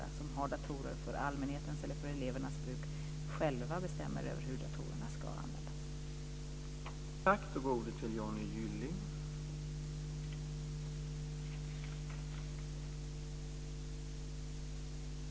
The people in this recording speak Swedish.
som har datorer för allmänhetens eller elevernas bruk själva bestämmer över hur datorerna ska användas.